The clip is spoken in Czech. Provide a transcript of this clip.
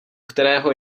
kterého